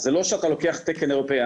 אז זה לא שאתה לוקח תקן אירופאי,